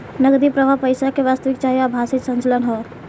नगदी प्रवाह पईसा के वास्तविक चाहे आभासी संचलन ह